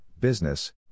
business